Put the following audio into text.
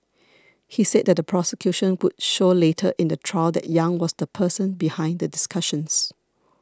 he said the prosecution would show later in the trial that Yang was the person behind the discussions